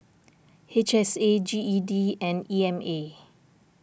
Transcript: H S A G E D and E M A